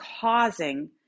causing